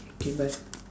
K bye